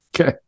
Okay